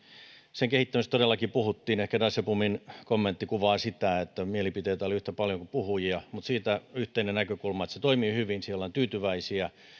kehittämisestä todellakin puhuttiin ehkä dijsselbloemin kommentti kuvaa sitä että mielipiteitä oli yhtä paljon kuin puhujia mutta siitä on yhteinen näkökulma että se toimii hyvin ja siihen ollaan tyytyväisiä